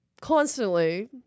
constantly